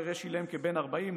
חירש-אילם כבן 40,